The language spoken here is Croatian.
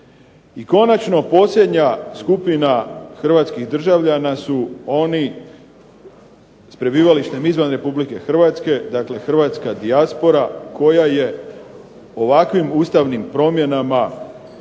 I konačno posljednja skupina hrvatskih državljana su oni s prebivalištem izvan Republike Hrvatske, dakle hrvatska dijaspora, koja je ovakvim ustavnim promjenama